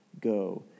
go